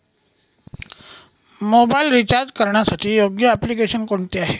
Mobile recharge करण्यासाठी योग्य application कोणते आहे?